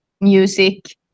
music